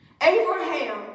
Abraham